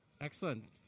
Excellent